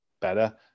better